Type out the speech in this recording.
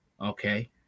okay